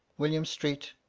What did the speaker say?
william street,